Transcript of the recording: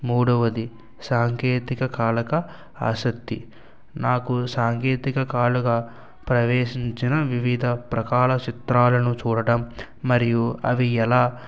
మూడవది సాంకేతిక కాలక ఆసక్తి నాకు సాంకేతిక కాలుక ప్రవేశించిన వివిధ ప్రకాల చిత్రాలను చూడటం మరియు అవి ఎలా